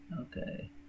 okay